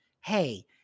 hey